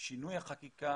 וזה שינוי החקיקה.